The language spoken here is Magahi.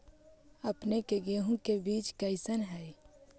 अपने के गेहूं के बीज कैसन है?